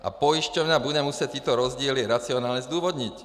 A pojišťovna bude muset tyto rozdíly racionálně zdůvodnit.